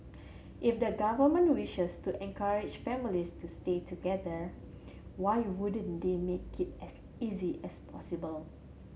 if the government wishes to encourage families to stay together why you wouldn't they make it as easy as possible